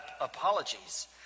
apologies